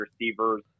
receivers